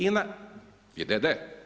Ina je d.d.